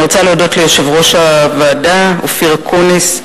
אני רוצה להודות ליושב-ראש הוועדה אופיר אקוניס,